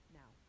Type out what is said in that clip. now